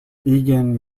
egan